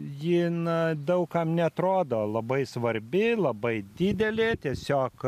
ji na daug kam neatrodo labai svarbi labai didelė tiesiog